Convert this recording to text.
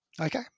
Okay